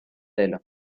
tels